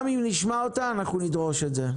גם אם נשמע אותה, אנחנו נדרוש את זה.